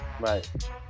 Right